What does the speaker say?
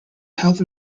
health